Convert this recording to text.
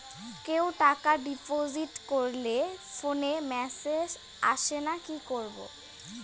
কেউ টাকা ডিপোজিট করলে ফোনে মেসেজ আসেনা কি করবো?